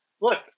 look